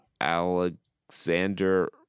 Alexander